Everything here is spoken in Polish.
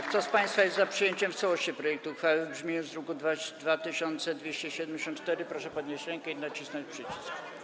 Kto z państwa jest za przyjęciem w całości projektu uchwały w brzmieniu z druku nr 2274, proszę podnieść rękę i nacisnąć przycisk.